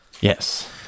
Yes